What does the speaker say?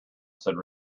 said